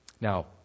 Now